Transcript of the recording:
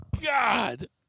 god